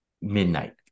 midnight